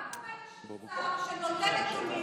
מה קורה כשיש שר שנותן נתונים